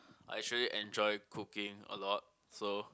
I actually enjoy cooking a lot so